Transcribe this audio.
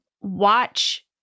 watch